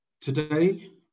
Today